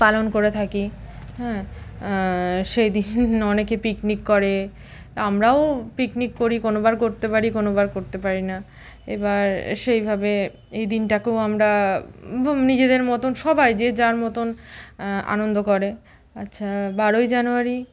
পালন করে থাকি হ্যাঁ সেই দিন অনেকে পিকনিক করে আমরাও পিকনিক করি কোনোবার করতে পারি কোনোবার করতে পারি না এবার সেইভাবে এই দিনটাকেও আমরা নিজেদের মতন সবাই যে যার মতন আনন্দ করে আচ্ছা বারোই জানুয়ারি